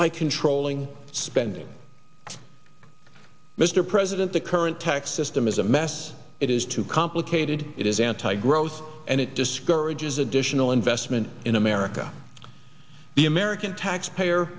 by controlling spending mr president the current tax system is a mess it is too complicated it is anti growth and it discourages additional investment in america the american taxpayer